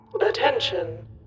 Attention